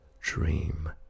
dream